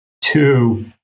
Two